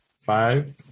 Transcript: five